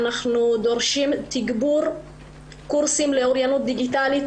אנחנו דורשים תגבור קורסים לאוריינות דיגיטלית,